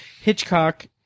Hitchcock